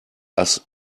ass